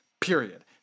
Period